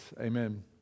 Amen